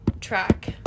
track